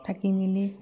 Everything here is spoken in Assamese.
থাকি মেলি